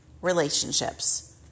relationships